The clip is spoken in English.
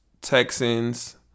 Texans